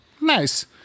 Nice